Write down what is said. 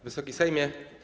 Wysoki Sejmie!